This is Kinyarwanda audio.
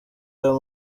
ayo